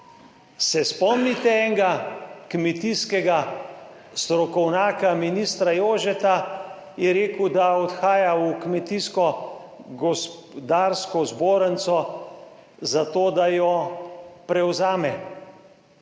Se spomnite enega kmetijskega strokovnjaka, ministra Jožeta, je rekel, da odhaja v Kmetijsko-gospodarsko zbornico, za to, da jo prevzame?